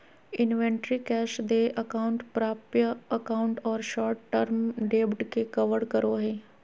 inventory cash देय account प्राप्य account और शॉर्ट टर्म डेब्ट के कवर करो हइ